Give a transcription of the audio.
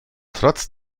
trotz